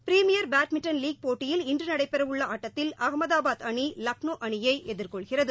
premier badminton league போட்டியில் இன்று நடைபெறவுள்ள ஆட்டத்தில் அம்தாபாத் அணி லக்னோ அணியை எதிர்கொள்கிறது